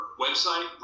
website